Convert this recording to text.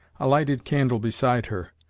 a lighted candle beside her.